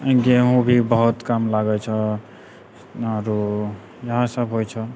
गेहूँ भी बहुत कम लागै छौ आरु इएह सब होइ छौ